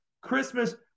Christmas